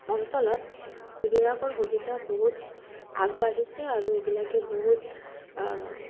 অঞ্চলত এইবিলাকৰ সুবিধা বহুত আগবাঢ়িছে আৰু এইবিলাকে বহুত